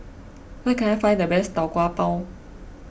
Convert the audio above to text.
where can I find the best Tau Kwa Pau